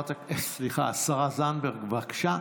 השרה זנדברג, בבקשה.